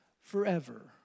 forever